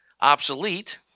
obsolete